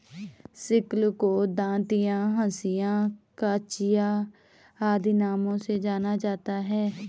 sickle को दँतिया, हँसिया, कचिया आदि नामों से जाना जाता है